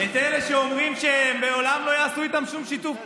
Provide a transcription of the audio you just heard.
אלה שאומרים שלעולם לא יעשו איתם שום שיתוף פעולה,